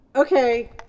Okay